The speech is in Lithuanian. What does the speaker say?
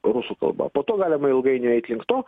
rusų kalba po to galima ilgainiui eit link to